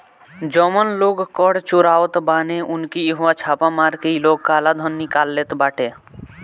जवन लोग कर चोरावत बाने उनकी इहवा छापा मार के इ लोग काला धन के निकाल लेत बाटे